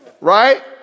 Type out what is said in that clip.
Right